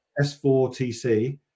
S4TC